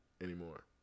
anymore